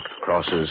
crosses